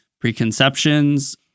preconceptions